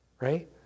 right